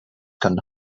can